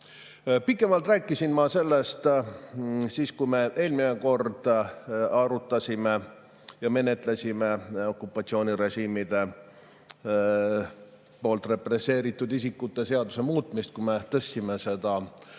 Pikemalt rääkisin ma sellest siis, kui me eelmine kord arutasime ja menetlesime okupatsioonirežiimide poolt represseeritud isiku seaduse muutmist, kui me tõstsime seda toetust